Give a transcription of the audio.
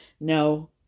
No